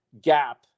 gap